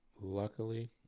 luckily